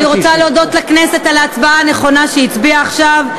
אני רוצה להודות לכנסת על ההצבעה הנכונה שהיא הצביעה עכשיו.